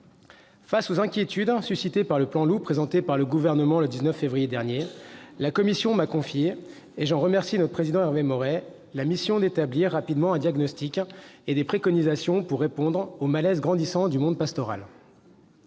Face aux inquiétudes suscitées par le plan Loup présenté par le Gouvernement le 19 février dernier, la commission m'a confié, et j'en remercie son président Hervé Maurey, la mission d'établir rapidement un diagnostic et des préconisations pour répondre au malaise grandissant du monde pastoral.